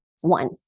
one